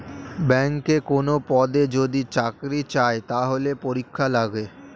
ব্যাংকে কোনো পদে যদি চাকরি চায়, তাহলে পরীক্ষা লাগে